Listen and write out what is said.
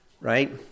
Right